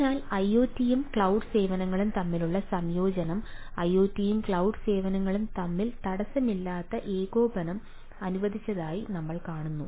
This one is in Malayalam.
അതിനാൽ ഐഒടിയും ക്ലൌഡ് സേവനങ്ങളും തമ്മിലുള്ള സംയോജനം ഐഒടിയും ക്ലൌഡ് സേവനങ്ങളും തമ്മിൽ തടസ്സമില്ലാതെ ഏകോപനം അനുവദിച്ചതായി നമ്മൾ കാണുന്നു